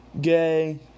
gay